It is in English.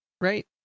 right